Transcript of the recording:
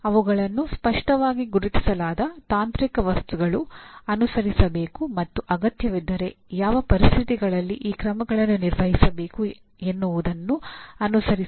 ಅವುಗಳನ್ನು ಸ್ಪಷ್ಟವಾಗಿ ಗುರುತಿಸಲಾದ ತಾಂತ್ರಿಕ ವಸ್ತುಗಳು ಅನುಸರಿಸಬೇಕು ಮತ್ತು ಅಗತ್ಯವಿದ್ದರೆ ಯಾವ ಪರಿಸ್ಥಿತಿಗಳಲ್ಲಿ ಈ ಕ್ರಮಗಳನ್ನು ನಿರ್ವಹಿಸಬೇಕು ಎನ್ನುವುದನ್ನು ಅನುಸರಿಸಬೇಕು